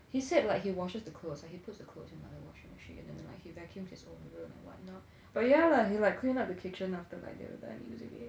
he said like he washes the clothes like he puts a clothes in like the washing machine and then like he vacuums his own room and I'm like what now but yeah lah he like clean up the kitchen after like they were done using it